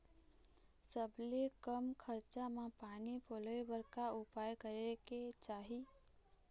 सबले कम खरचा मा पानी पलोए बर का उपाय करेक चाही?